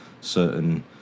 certain